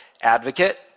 advocate